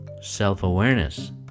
self-awareness